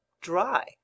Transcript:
dry